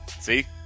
see